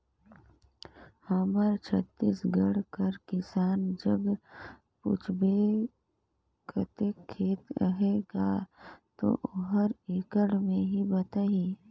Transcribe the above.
हमर छत्तीसगढ़ कर किसान जग पूछबे कतेक खेत अहे गा, ता ओहर एकड़ में ही बताही